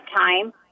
time